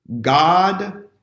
God